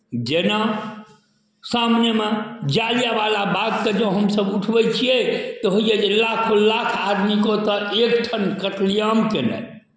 जेना सामनेमे जालियाँवाला बागके जँ हमसभ उठबै छियै तऽ होइए जे लाखो लाख आदमीके ओतय एकठाम कत्ले आम कयनाइ